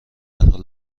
حال